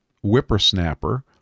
Whippersnapper